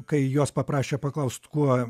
kai jos paprašė paklaust kuo